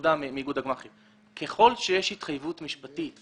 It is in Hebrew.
ככל שיש התחייבות משפטית,